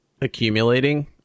accumulating